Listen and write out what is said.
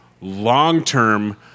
long-term